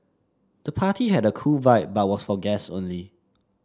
the party had a cool vibe but was for guests only